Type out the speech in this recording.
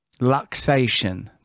luxation